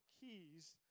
keys